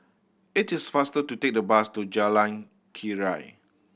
it is faster to take the bus to Jalan Keria